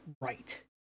right